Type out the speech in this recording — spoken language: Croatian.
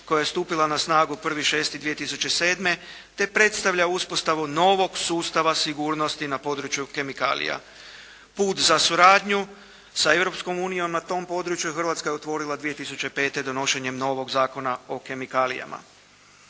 koja je stupila na snagu 1.6.2007. te predstavlja uspostavu novog sustava sigurnosti na području kemikalija. Put za suradnju s Europskom unijom na tom području Hrvatska je otvorila 2005. donošenjem novog Zakona o kemikalijama.